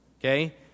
Okay